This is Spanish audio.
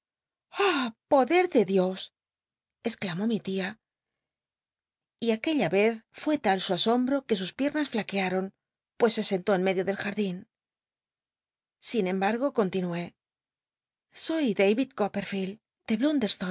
poder de dios exclamó mi tia y aquella vez fué tal su asombto ue sus piernas llat u a ron pues se scnt ó en medio del jardín sin embargo continuó soy david coppcrlicld de